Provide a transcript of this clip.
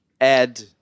add